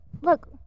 look